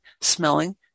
smelling